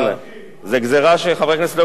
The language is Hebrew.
זו גזירה שחברי כנסת לא יכולים לעמוד בה.